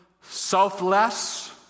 selfless